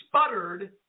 sputtered